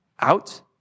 out